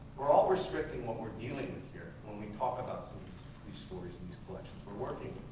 we're all restricting what we're dealing with here when we talk about some of these stories and collections we're working